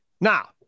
Now